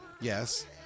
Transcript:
Yes